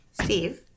Steve